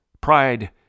Pride